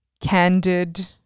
candid